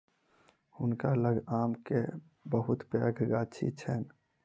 हुनका लग आम के बहुत पैघ गाछी छैन